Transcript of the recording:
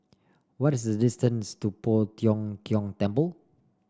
what is the distance to Poh Tiong Kiong Temple